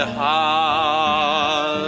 heart